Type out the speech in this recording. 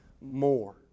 more